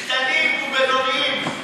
קטנים ובינוניים.